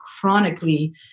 chronically